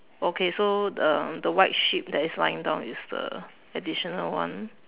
okay so the the white sheep that is lying down is the additional one